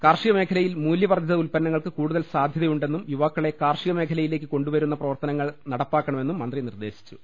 കാർഷികമേഖലയിൽ മൂല്യവർധിത ഉല്പ്പന്നങ്ങൾക്ക് കൂടുതൽ സാധ്യതയുണ്ടെന്നും യുവാക്കളെ കാർഷികമേഖലയിലേക്ക് കൊണ്ടുവരുന്ന പ്രവർത്തനങ്ങൾ നടപ്പാക്കണമെന്നും മന്ത്രി നിർദേശിച്ചു